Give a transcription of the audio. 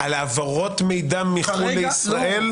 על העברות מידע מחו"ל לישראל?